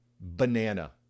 banana